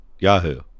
Yahoo